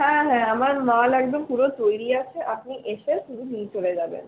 হ্যাঁ হ্যাঁ আমার মাল একদম পুরো তৈরি আছে আপনি এসে শুধু নিয়ে চলে যাবেন